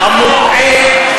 הדעת המוטעה,